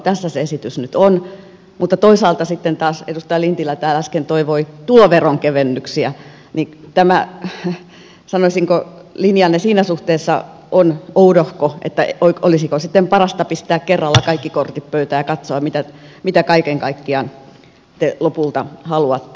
tässä se esitys nyt on mutta toisaalta edustaja lintilä täällä äsken toivoi tuloveron kevennyksiä jolloin sanoisinko tämä linjanne siinä suhteessa on oudohko joten olisiko sitten parasta pistää kerralla kaikki kortit pöytään ja katsoa mitä kaiken kaikkiaan te lopulta haluatte